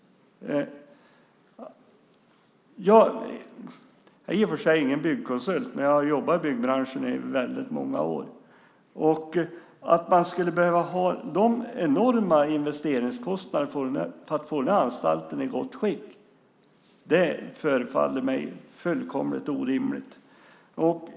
Jag är i och för sig ingen byggkonsult, men jag har jobbat i byggbranschen i väldigt många år. Att man skulle behöva ha de enorma investeringskostnaderna för att få den här anstalten i gott skick förefaller mig fullkomligt orimligt.